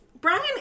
Brian